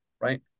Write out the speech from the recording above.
right